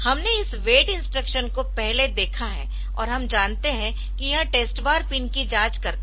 हमने इस wait instruction को पहले देखा है और हम जानते है कि यह टेस्ट बार पिन की जांच करता है